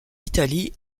italie